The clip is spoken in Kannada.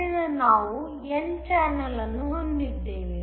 ಆದ್ದರಿಂದ ನಾವು n ಚಾನೆಲ್ ಅನ್ನು ಹೊಂದಿದ್ದೇವೆ